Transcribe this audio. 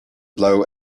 blow